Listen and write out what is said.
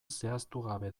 zehaztugabe